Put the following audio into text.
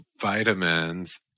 vitamins